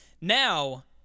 Now